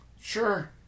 Sure